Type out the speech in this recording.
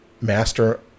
master